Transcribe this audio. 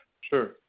Sure